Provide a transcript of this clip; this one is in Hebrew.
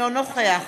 אינו נוכח